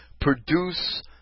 produce